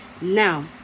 now